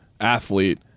athlete